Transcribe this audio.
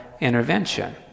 intervention